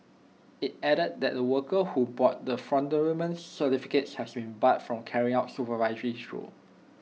IT added that the workers who bought the fraudulent certificates has been barred from carrying out supervisory roles